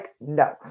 no